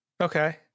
Okay